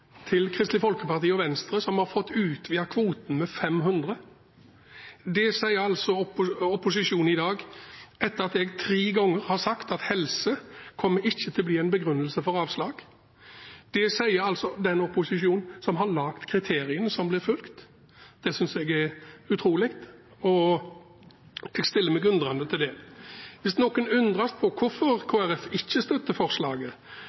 til Kristelig Folkeparti og Venstre, som har fått utvidet kvoten med 500 flyktninger, og etter at jeg tre ganger har sagt at helse ikke kommer til å bli en begrunnelse for avslag. Det sier altså den samme opposisjonen som har laget kriteriene som blir fulgt. Dette synes jeg er utrolig og stiller meg undrende til det. Hvis noen undrer på hvorfor Kristelig Folkeparti ikke støtter forslaget,